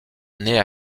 naît